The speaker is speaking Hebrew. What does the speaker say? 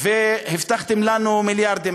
והבטחתם לנו מיליארדים.